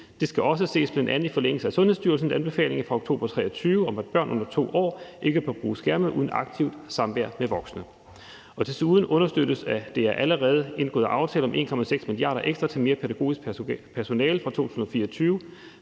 Det skal også ses bl.a. i forlængelse af Sundhedsstyrelsens anbefalinger fra oktober 2023 om, at børn under 2 år ikke bør bruge skærme uden aktivt samvær med voksne. Desuden understøttes det af allerede indgåede aftaler med 1,6 mia. kr. ekstra til mere pædagogisk personale fra 2024,